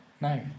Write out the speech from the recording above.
no